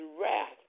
wrath